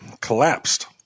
collapsed